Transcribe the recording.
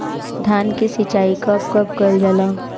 धान के सिचाई कब कब कएल जाला?